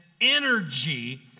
energy